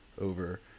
over